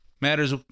matters